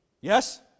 Yes